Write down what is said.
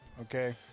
Okay